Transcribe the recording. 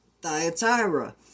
Thyatira